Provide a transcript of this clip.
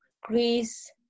Greece